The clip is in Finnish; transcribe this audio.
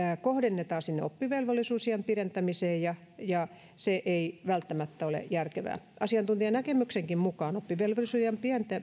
kohdennetaan sinne oppivelvollisuusiän pidentämiseen ja ja se ei välttämättä ole järkevää asiantuntijanäkemyksenkin mukaan oppivelvollisuusiän